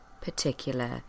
particular